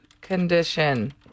condition